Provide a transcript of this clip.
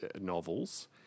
novels